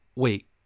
wait